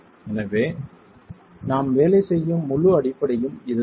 எனவே நாம் வேலை செய்யும் முழு அடிப்படையும் இதுதான்